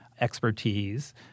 expertise